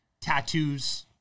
tattoos